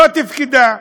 לא תפקדה,